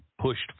pushed